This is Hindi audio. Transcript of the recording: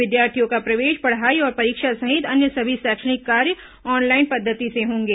विद्यार्थियों का प्रवेश पढ़ाई और परीक्षा सहित अन्य सभी शैक्षणिक कार्य ऑनलाइन पद्धति से होंगे